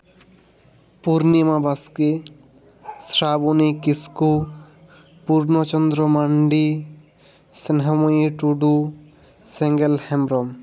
Purnima Baske Srabani Kisku Purna Chandra Mandi Snehamoyee Tudu Sengel Hembrom